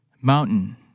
Mountain